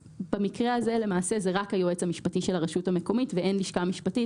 במקרה הזה למעשה זה רק היועץ המשפטי של הרשות המקומית ואין לשכה משפטית,